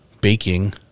baking